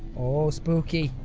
ooh spooky.